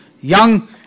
young